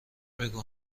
بگو